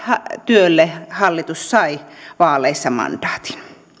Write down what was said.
työlle hallitus sai vaaleissa mandaatin